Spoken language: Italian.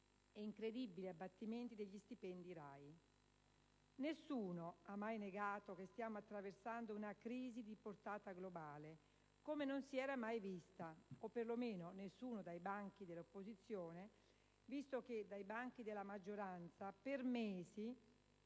e incredibili abbattimenti degli stipendi RAI. Nessuno ha mai negato che stiamo attraversando una crisi di portata globale come non si era mai vista o, per lo meno, nessuno dai banchi dell'opposizione, visto che dai banchi della maggioranza per mesi